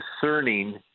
Discerning